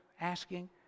asking